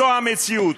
זו המציאות,